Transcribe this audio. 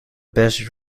best